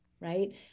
right